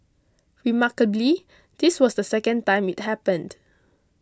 remarkably this was the second time it happened